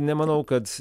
nemanau kad